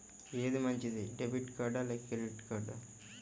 ఏది మంచిది, debit card లేదా క్రెడిట్ కార్డ్?